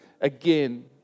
again